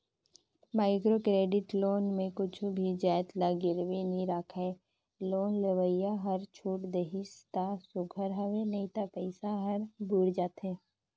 micro credit loan में कुछु भी जाएत ल गिरवी नी राखय लोन लेवइया हर छूट देहिस ता सुग्घर हवे नई तो पइसा हर बुइड़ जाथे